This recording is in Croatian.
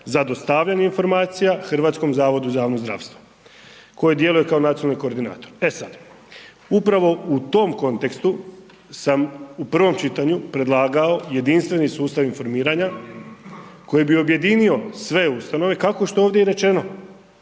za dostavljanje informacije HZZO-u koje djeluje kao nacionalni koordinator. E sad, upravo u tom kontekstu sam u prvom čitanju predlagao jedinstveni sustav informiranja koji bi objedinio sve ustanove, kako što je ovdje i rečeno